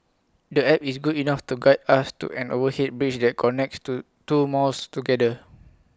the app is good enough to guide us to an overhead bridge that connects two two malls together